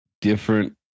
different